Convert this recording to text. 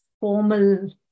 formal